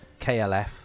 KLF